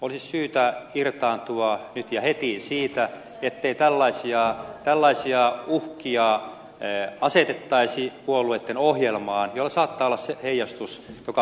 olisi syytä irtaantua nyt ja heti siitä ettei asetettaisi puolueitten ohjelmaan tällaisia uhkia joilla saattaa olla heijastus jokamiehenoikeuteen